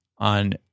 on